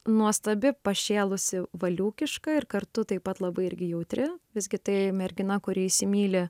nuostabi pašėlusi valiūkiška ir kartu taip pat labai irgi jautri visgi tai mergina kuri įsimyli